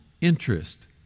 interest